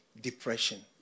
depression